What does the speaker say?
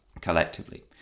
collectively